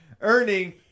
earning